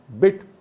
bit